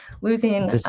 losing